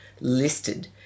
listed